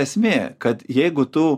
esmė kad jeigu tu